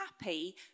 happy